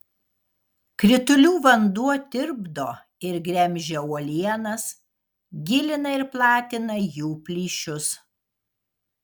kritulių vanduo tirpdo ir gremžia uolienas gilina ir platina jų plyšius